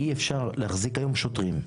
אי אפשר להחזיק היום שוטרים,